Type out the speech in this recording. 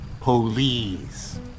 POLICE